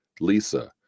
Lisa